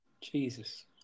Jesus